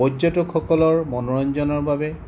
পৰ্যটকসকলৰ মনোৰঞ্জনৰ বাবে